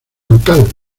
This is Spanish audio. local